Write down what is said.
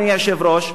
אדוני היושב-ראש,